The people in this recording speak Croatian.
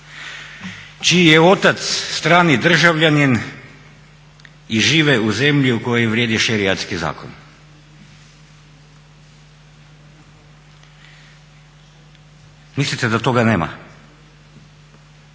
čiji je otac strani državljanin i žive u zemlji u kojoj vrijedi šerijatski zakon. Mislite da toga nema?